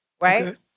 right